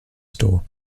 store